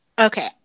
Okay